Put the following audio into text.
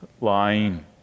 lying